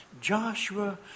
Joshua